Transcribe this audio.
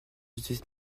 cette